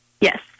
Yes